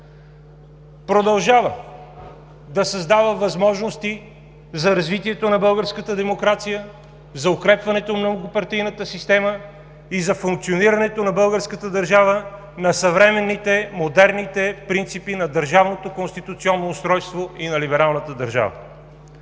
продължава да създава възможности за развитието на българската демокрация, за укрепването на многопартийната система и за функционирането на българската държава на съвременните, модерните принципи на държавното конституционно устройство и на либералната държава.